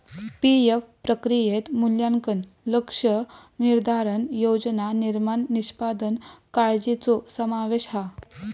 PF प्रक्रियेत मूल्यांकन, लक्ष्य निर्धारण, योजना निर्माण, निष्पादन काळ्जीचो समावेश हा